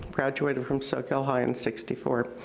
graduate from soquel high in sixty four.